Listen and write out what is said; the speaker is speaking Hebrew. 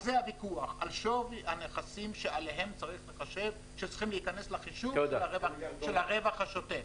על זה הוויכוח על שווי הנכסים שצריכים להיכנס לחישוב של הרווח השוטף.